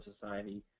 society